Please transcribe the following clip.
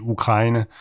Ukraine